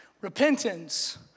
Repentance